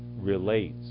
relates